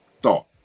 thought